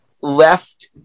left